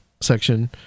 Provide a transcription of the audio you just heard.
section